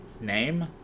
name